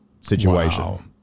situation